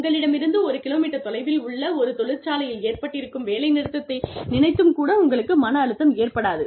உங்களிடமிருந்து ஒரு கிலோமீட்டர் தொலைவில் உள்ள ஒரு தொழிற்சாலையில் ஏற்பட்டிருக்கும் வேலைநிறுத்தத்தை நினைத்தும் கூட உங்களுக்கு மன அழுத்தம் ஏற்படாது